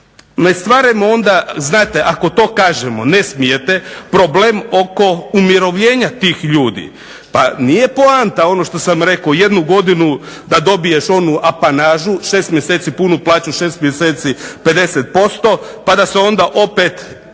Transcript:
ne stvarajmo onda, znate ako to kažemo ne smijete problem oko umirovljenja tih ljudi. Pa nije poanta ono što sam rekao jednu godinu da dobiješ onu apanažu, 6 mjeseci punu plaću, 6 mjeseci 50% pa da se onda opet